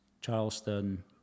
Charleston